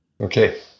Okay